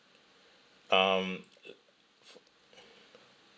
um